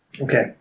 okay